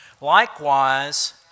Likewise